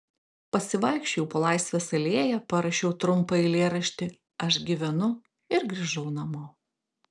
pasivaikščiojau po laisvės alėją parašiau trumpą eilėraštį aš gyvenu ir grįžau namo